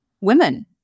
women